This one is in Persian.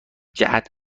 جهت